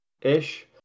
ish